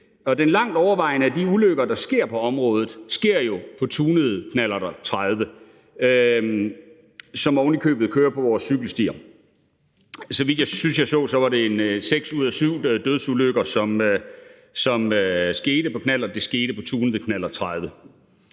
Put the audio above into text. Og den langt overvejende del af de ulykker, der sker på området, sker på en tunet knallert 30, som ovenikøbet kører på vores cykelstier. Så vidt jeg husker, var det seks ud af syv dødsulykker, der skete på en knallert,